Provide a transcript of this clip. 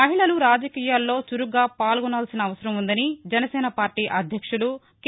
మహిళలు రాజకీయాలలో చురుకుగా పాలొనాల్సిన అవసరం వుందని జనసేన పార్టీ అధ్యక్షులు కె